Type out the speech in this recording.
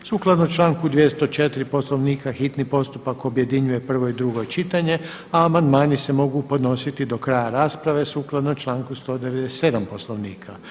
Sukladno članku 204. Poslovnika hitni postupak objedinjuje prvo i drugo čitanje, a amandmani se mogu podnositi do kraja rasprave sukladno članku 197. Poslovnika.